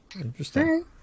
Interesting